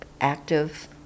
active